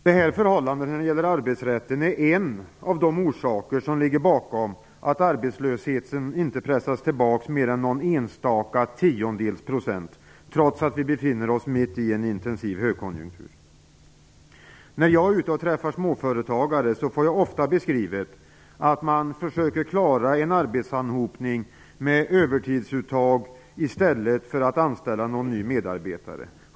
Detta förhållande när det gäller arbetsrätten är en av de orsaker som ligger bakom att arbetslösheten inte pressas tillbaka mer än någon enstaka tiondels procent, trots att vi befinner oss mitt i en intensiv högkonjunktur. När jag är ute och träffar småföretagare får jag ofta beskrivet att man försöker klara en arbetsanhopning med övertidsuttag i stället för att anställa någon ny medarbetare.